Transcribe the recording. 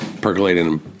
percolating